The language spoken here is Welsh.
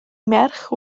merch